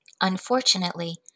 Unfortunately